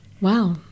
Wow